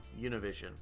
univision